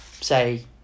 Say